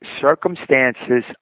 circumstances